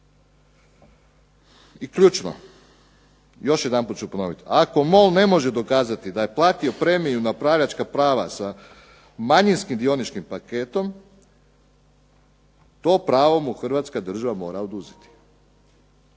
I ključno, još jedanput ću ponoviti. Ako MOL ne može dokazati da je platio premiju na upravljačka prava sa manjinskim dioničkim paketom to pravo mu Hrvatska država mora oduzeti.